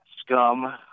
scum